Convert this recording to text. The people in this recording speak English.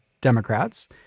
Democrats